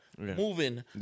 moving